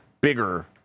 bigger